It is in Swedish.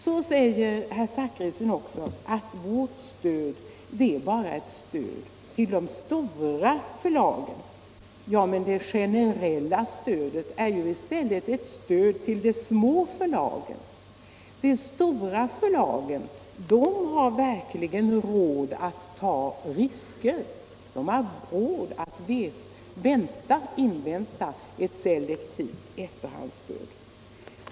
Så säger herr Zachrisson att vårt stöd bara är ett stöd till de stora förlagen. Ja, men det generella stödet är i stället ett stöd till de små förlagen. De stora förlagen har verkligen råd att ta risker och invänta ett selektivt efterhandsstöd.